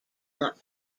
not